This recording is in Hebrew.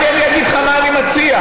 אני אגיד לך מה אני מציע.